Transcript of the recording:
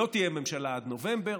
שלא תהיה ממשלה עד נובמבר,